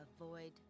Avoid